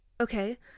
Okay